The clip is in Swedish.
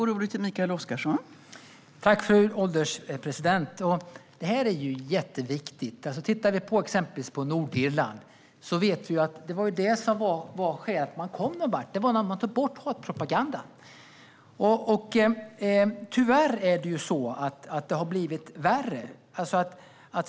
Fru ålderspresident! I Nordirland, till exempel, var skälet till att man kom någonvart att man tog bort all hatpropaganda. Tyvärr har det blivit värre.